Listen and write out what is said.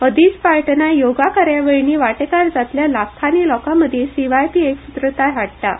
हो दीस पाळटना योगा कार्यावळींनी वांटेकार जातल्या लाखांनी लोकां मर्दी सीव्हायपी एकसुत्रताय हाडटा